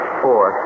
four